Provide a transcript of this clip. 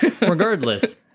Regardless